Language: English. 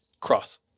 cross